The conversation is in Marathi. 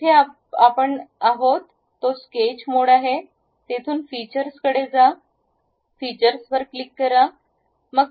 जिथे आपण आहोत तो स्केच मोड आहे तेथून फीचर्सकडे जा फीचर्सबर क्लिक करा